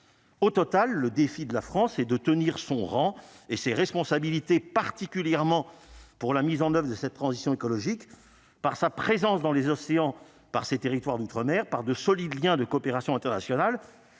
Au total, le défi de la France et de tenir son rang et ses responsabilités, particulièrement pour la mise en oeuvre et de cette transition écologique par sa présence dans les océans par ses territoires d'Outre- mer par de solides Liens de coopération internationale